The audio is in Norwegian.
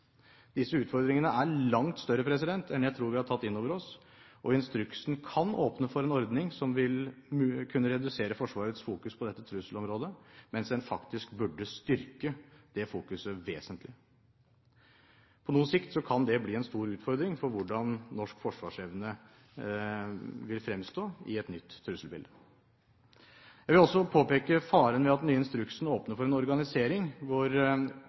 Disse utfordringene er langt større enn jeg tror vi har tatt inn over oss, og instruksen kan åpne for en ordning som vil kunne redusere Forsvarets fokus på dette trusselområdet, mens en faktisk burde styrke det fokuset vesentlig. På noe sikt kan det bli en stor utfordring for hvordan norsk forsvarsevne vil fremstå i et nytt trusselbilde. Jeg vil også påpeke faren ved at den nye instruksen åpner for en organisering hvor